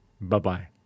bye-bye